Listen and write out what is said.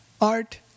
art